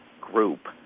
group